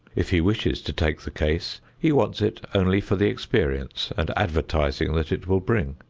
if he wishes to take the case, he wants it only for the experience and advertising that it will bring.